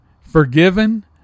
forgiven